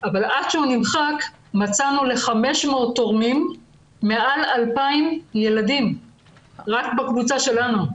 אבל עד שהוא נמחק מצאנו ל-500 תורמים מעל 2,000 ילדים רק בקבוצה שלנו.